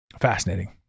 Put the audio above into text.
Fascinating